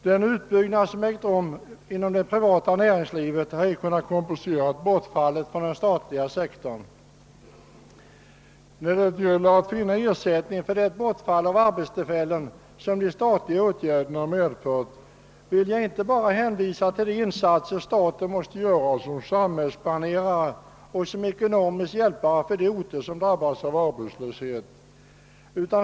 Den utbyggnad som ägt rum inom det privata näringslivet har ej kunnat kompensera bortfallet inom den statliga sektorn. När det gäller att finna ersättning för det bortfall av arbetstillfällen som de statliga åtgärderna medfört vill jag inte bara hänvisa till de insatser staten måste göra som samhällsplanerare och ekonomisk hjälpare för de orter som drabbas av arbetslöshet.